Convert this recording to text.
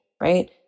right